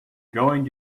going